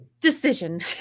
Decision